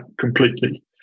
completely